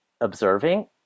observing